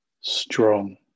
strong